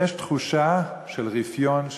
יש תחושה של רפיון,